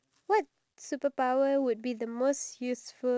in order for you to be successful in life